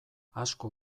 asko